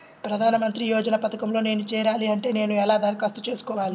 ప్రధాన మంత్రి యోజన పథకంలో నేను చేరాలి అంటే నేను ఎలా దరఖాస్తు చేసుకోవాలి?